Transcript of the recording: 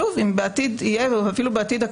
שוב, אם בעתיד תהיה יוזמה